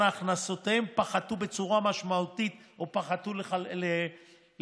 הכנסותיהם פחתו בצורה משמעותית או פחתו לחלוטין.